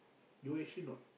you actually not